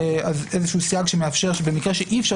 אז איזה שהוא סייג שמאפשר במקרה שאי אפשר